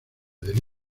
del